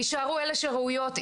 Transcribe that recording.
יישארו אלה שראויות,